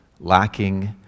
lacking